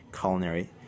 culinary